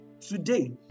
today